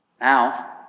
Now